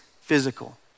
physical